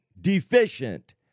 deficient